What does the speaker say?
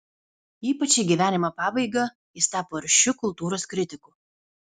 ypač į gyvenimo pabaigą jis tapo aršiu kultūros kritiku